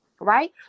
right